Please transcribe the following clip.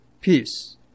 peace